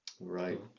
Right